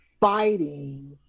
fighting